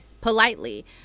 politely